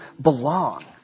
belong